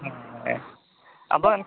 ᱦᱳᱭ ᱟᱫᱚ ᱮᱱᱠᱷᱟᱱ